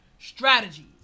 strategies